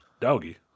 doggy